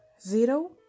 zero